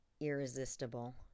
irresistible